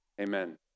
Amen